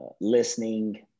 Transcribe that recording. listening